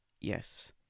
Yes